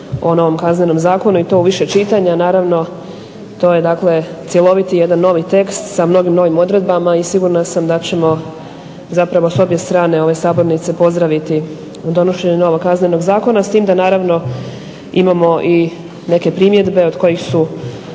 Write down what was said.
o onom kaznenom zakonu i to u više čitanja, to je cjeloviti novi tekst, sa novim odredbama i sigurna sam da ćemo s obje strane ove sabornice pozdraviti donošenje novog Kaznenog zakona s tim da naravno imamo i neke primjedbe od kojih su